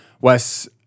Wes